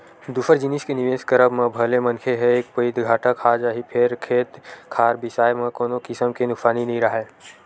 दूसर जिनिस के निवेस करब म भले मनखे ह एक पइत घाटा खा जाही फेर खेत खार बिसाए म कोनो किसम के नुकसानी नइ राहय